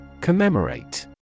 Commemorate